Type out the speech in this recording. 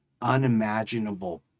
unimaginable